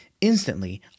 Instantly